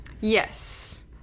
Yes